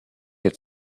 had